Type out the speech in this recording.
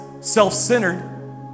self-centered